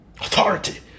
authority